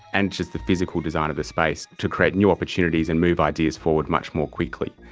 and just the physical design of the space to create new opportunities and move ideas forward much more quickly.